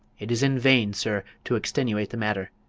it is in vain, sir, to extenuate the matter.